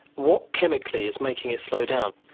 what chemically is making it slow down?